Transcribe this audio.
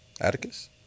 Atticus